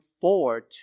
forward